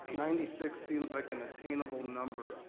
ninety six seems like an attainable number,